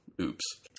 oops